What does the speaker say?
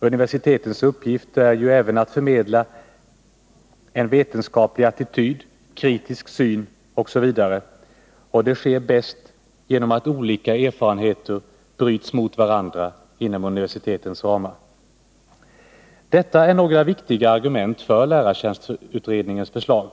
Universitetens uppgift är ju även att förmedla en vetenskaplig attityd, kritisk syn osv., och det sker bäst om olika erfarenheter bryts mot varandra inom universitetens ramar. Detta är några viktiga argument för lärartjänstutredningens förslag.